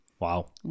Wow